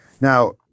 Now